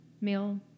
male